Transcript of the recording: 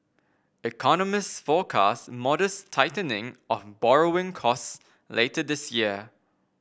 economists forecast modest tightening of borrowing costs later this year